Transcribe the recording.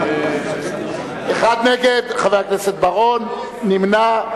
אחד נגד, חבר הכנסת בר-און נמנע.